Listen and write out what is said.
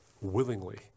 willingly